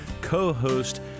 co-host